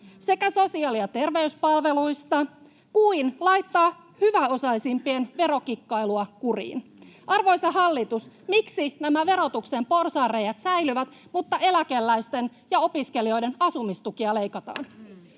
sekä sosiaali- ja terveyspalveluista kuin laittaa hyväosaisimpien verokikkailua kuriin? Arvoisa hallitus, miksi nämä verotuksen porsaanreiät säilyvät, mutta eläkeläisten ja opiskelijoiden asumistukia leikataan?